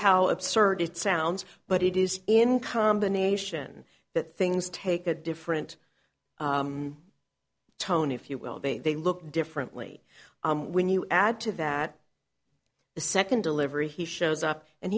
how absurd it sounds but it is in combination that things take a different tone if you will be they look differently when you add to that the second delivery he shows up and